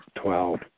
twelve